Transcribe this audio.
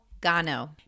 Gano